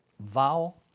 vowel